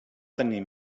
tenir